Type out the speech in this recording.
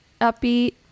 upbeat